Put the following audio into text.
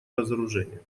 разоружение